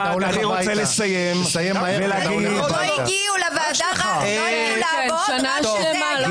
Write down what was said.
לא הגיעו לעבוד שנה שלמה.